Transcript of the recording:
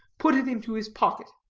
put it into his pocket.